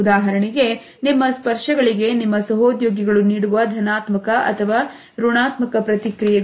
ಉದಾಹರಣೆಗೆ ನಿಮ್ಮ ಸ್ಪರ್ಶಗಳಿಗೆ ನಿಮ್ಮ ಸಹೋದ್ಯೋಗಿಗಳು ನೀಡುವ ಧನಾತ್ಮಕ ಅಥವಾ ಋಣಾತ್ಮಕ ಪ್ರತಿಕ್ರಿಯೆಗಳು